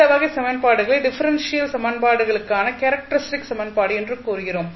இந்த வகை சமன்பாடுகளை டிஃபரென்ஷியல் சமன்பாடுகளுக்கான கேரக்டரிஸ்டிக் சமன்பாடு என்று கூறுகிறோம்